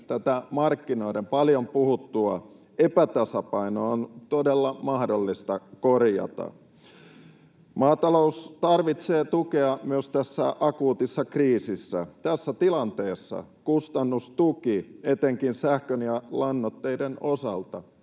tätä markkinoiden paljon puhuttua epätasapainoa on todella mahdollista korjata. Maatalous tarvitsee tukea myös tässä akuutissa kriisissä. Tässä tilanteessa kustannustuki etenkin sähkön ja lannoitteiden osalta